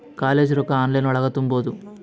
College ರೊಕ್ಕ online ಒಳಗ ತುಂಬುದು?